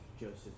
Joseph